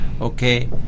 okay